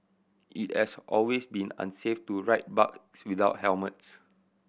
it has always been unsafe to ride bikes without helmets